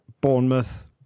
Bournemouth